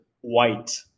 white